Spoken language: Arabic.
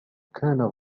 كان